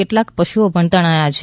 કેટલાક પશુઓ પણ તણાયા છે